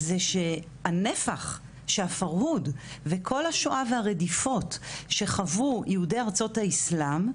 זה שהנפח שהפרהוד וכל השואה והרדיפות שחוו יהודי ארצות האסלאם,